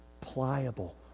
pliable